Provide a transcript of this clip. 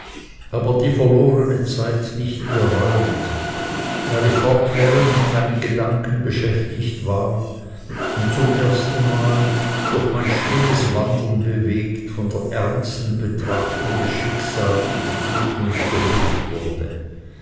aber die verlorene zeit nicht bereuend weil ich fortwährend in meinen gedanken beschäftigt war und zum ersten mal durch mein stilles wandern bewegt von der ernsten betrachtung des schicksals und der zukunft erfüllt wurde